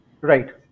Right